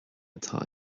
atá